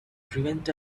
prevent